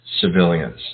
civilians